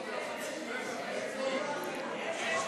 יש